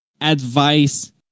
advice